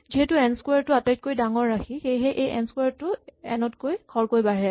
যিহেতু n square টো আটাইতকৈ ডাঙৰ ৰাশি সেয়েহে এন স্কোৱাৰ টো এন তকৈ খৰকৈ বাঢ়ে